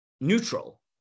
Neutral